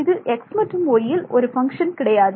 இது x மற்றும் y யில் ஒரு ஃபங்ஷன் கிடையாது